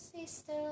sister